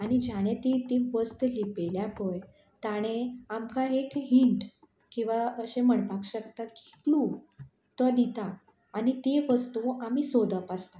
आनी जाणें ती वस्तू लिपयल्या पय ताणें आमकां एक हिंट किंवां अशें म्हणपाक शकता की क्लू तो दिता आनी ती वस्तू आमी सोदप आसता